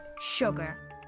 Sugar